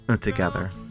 together